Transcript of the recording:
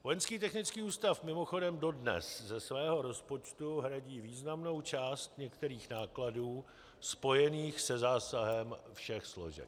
Vojenský technický ústav mimochodem dodnes ze svého rozpočtu hradí významnou část některých nákladů spojených se zásahem všech složek.